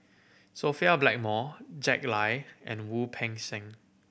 Sophia Blackmore Jack Lai and Wu Peng Seng